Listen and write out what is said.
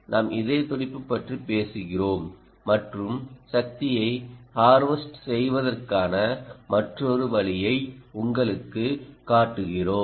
நாம் இதய துடிப்பு பற்றி பேசுகிறோம் மற்றும் சக்தியை ஹார்வெஸ்ட் செய்வதற்கான மற்றொரு வழியை உங்களுக்குக் காட்டுகிறோம்